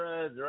right